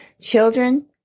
Children